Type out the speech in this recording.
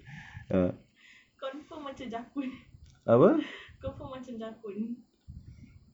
confirm macam jakun confirm macam jakun